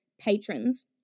patrons